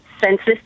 census